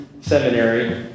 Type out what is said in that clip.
seminary